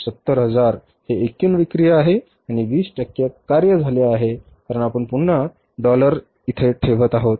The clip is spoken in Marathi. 270 हजार हे एकूण विक्री आहे आणि २० टक्के कार्य झाले आहे कारण आपण पुन्हा डॉलर इथे ठेवत आहोत